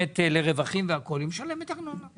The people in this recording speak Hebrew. רווחים משלמת ארנונה.